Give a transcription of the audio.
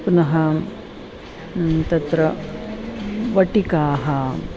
पुनः तत्र वटिकाः